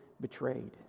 betrayed